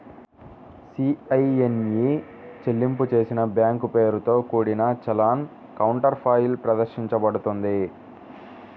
CIN e చెల్లింపు చేసిన bank పేరుతో కూడిన చలాన్ కౌంటర్ఫాయిల్ ప్రదర్శించబడుతుంది